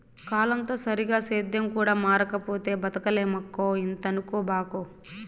కాలంతో సరిగా సేద్యం కూడా మారకపోతే బతకలేమక్కో ఇంతనుకోబాకు